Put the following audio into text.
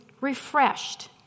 refreshed